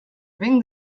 ring